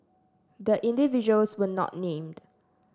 the individuals were not named